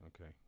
okay